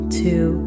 two